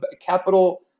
capital